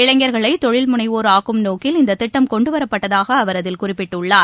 இளைஞர்களைதொழில் முனைவோர் ஆக்கும் நோக்கில் இந்ததிட்டம் கொண்டுவரப்பட்டதாகஅவர் அதில் குறிப்பிட்டுள்ளார்